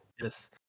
yes